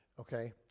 Okay